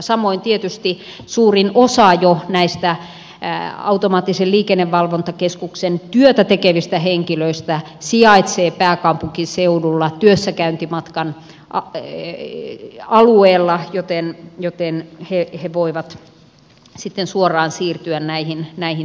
samoin tietysti suurin osa jo näistä automaattisen liikennevalvonnan keskuksen työtä tekevistä henkilöistä sijaitsee pääkaupunkiseudulla työssäkäyntimatkan alueella joten he voivat sitten suoraan siirtyä näihin tehtäviin